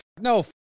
no